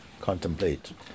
contemplate